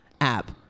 app